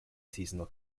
seasonal